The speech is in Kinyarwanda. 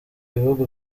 bihugu